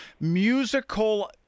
musical